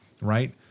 right